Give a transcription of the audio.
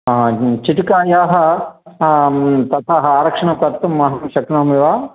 ह चीटिकायाः ततः आरक्षणं कर्तुं अहं शक्नोमि वा